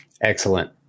Excellent